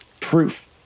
proof